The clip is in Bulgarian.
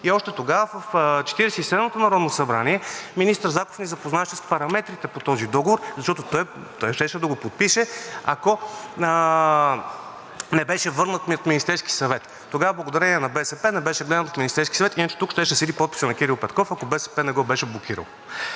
и седмото народно събрание, министър Заков ни запозна с параметрите по този договор, защото той щеше да го подпише, ако не беше върнат от Министерския съвет. Тогава благодарение на БСП не беше гледан от Министерския съвет иначе тук щеше да седи подписът на Кирил Петков, ако БСП не го беше блокирало.